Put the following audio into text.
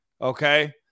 okay